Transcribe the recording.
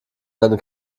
seine